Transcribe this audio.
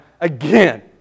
again